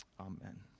Amen